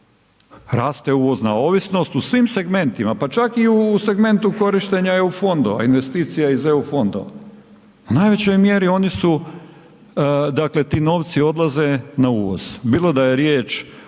rate uvozna ovisnost u svim segmentima pa čak i u segmentu korištenja EU-a, investicija iz EU fondova, u najvećoj mjeri oni su dakle ti novci odlaze na uvoz, bilo da je riječ o